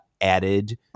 added